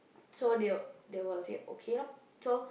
so they will they will say okay lor so